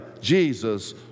Jesus